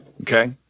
Okay